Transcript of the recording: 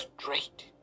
straight